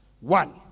One